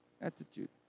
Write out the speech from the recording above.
attitude